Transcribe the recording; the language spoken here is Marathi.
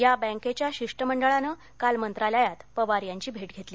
या बँकेच्या शिष्टमंडळानं काल मंत्रालयात पवार यांची भेट घेतली